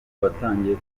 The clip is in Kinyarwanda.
abatangiye